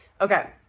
okay